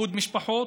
איחוד משפחות,